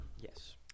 Yes